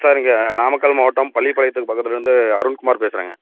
sir இங்கே நாமக்கல் மாவட்டம் பள்ளிப்பாளையத்துக்கு பக்கத்துலிருந்து அருண்குமார் பேசுகிறேங்க